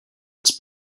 its